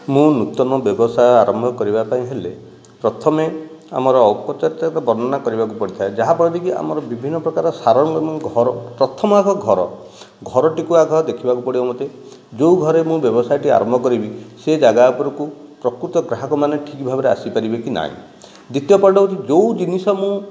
ମୁଁ ନୂତନ ବ୍ୟବସାୟ ଆରମ୍ଭ କରିବା ପାଇଁ ହେଲେ ପ୍ରଥମେ ଆମର ଔପତ୍ୟାତ ର ବର୍ଣ୍ଣନା କରିବାକୁ ପଡ଼ିଥାଏ ଯାହାଫଳରେ କି ଆମର ବିଭିନ୍ନ ପ୍ରକାରର ସାରଙ୍ଗମ ଘର ପ୍ରଥମ ଆଗ ଘର ଘରଟିକୁ ଆଗ ଦେଖିବାକୁ ପଡ଼ିବ ମତେ ଯେଉଁ ଘରେ ମୁଁ ବ୍ୟବସାୟ ଟି ଆରମ୍ଭ କରିବି ସେ ଜାଗା ଉପରକୁ ପ୍ରକୃତ ଗ୍ରାହକମାନେ ଠିକ୍ ଭାବରେ ଆସିପାରିବେ କି ନାହିଁ ଦ୍ଵିତୀୟ ପାର୍ଟ ହଉଛି ଯେଉଁ ଜିନିଷ ମୁଁ